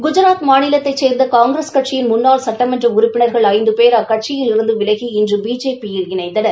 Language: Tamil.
குஜராத் மாநிலத்தைக் கேர்ந்த காங்கிரஸ் கட்சியின் முன்னாள் சுட்டமன்ற உறுப்பினர்கள் ஐந்து பேர் அக்கட்சியிலிரந்து விலகி இன்று பிஜேபி யில் இணைந்தனர்